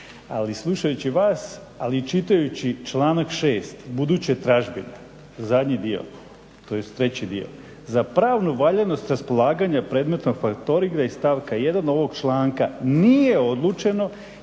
ali slušajući vas ali i čitajući članak 6.buduće tražbine zadnji dio tj. treći dio "za pravnu valjanost raspolaganja predmetom factoringa iz stavka 1.ovog članka nije odlučeno